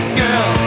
girl